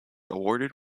awarded